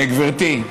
גברתי,